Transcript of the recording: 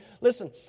Listen